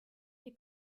ihr